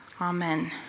Amen